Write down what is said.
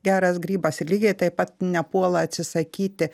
geras grybas ir lygiai taip pat nepuola atsisakyti